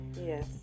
Yes